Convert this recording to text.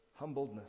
Humbledness